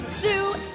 Zoo